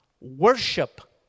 Worship